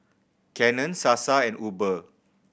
Canon Sasa and Uber